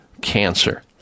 cancer